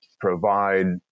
provide